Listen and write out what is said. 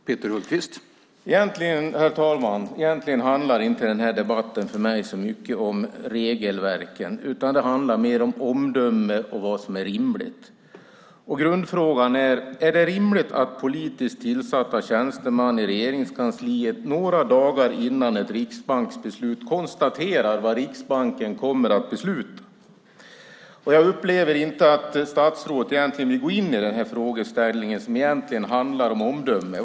Herr talman! Den här debatten handlar för mig inte så mycket om regelverken. Det handlar mer om omdöme och vad som är rimligt. Grundfrågan är: Är det rimligt att politiskt tillsatta tjänstemän i Regeringskansliet några dagar innan Riksbankens beslut konstaterar vad Riksbanken kommer att besluta? Jag upplever inte att statsrådet vill gå in i den frågeställningen som egentligen handlar om omdöme.